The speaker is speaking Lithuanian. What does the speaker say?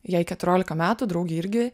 jai keturiolika metų draugei irgi